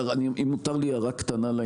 הערה קטנה לעניין הזה.